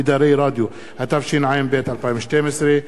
התשע"ב 2012,